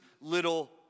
little